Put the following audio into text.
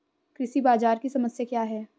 कृषि बाजार की समस्या क्या है?